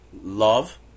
love